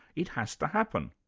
it has to happen.